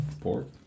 Pork